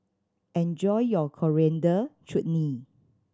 enjoy your Coriander Chutney